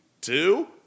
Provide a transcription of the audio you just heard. two